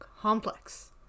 complex